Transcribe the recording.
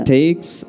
takes